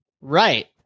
Right